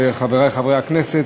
וחברי חברי הכנסת,